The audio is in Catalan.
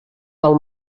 del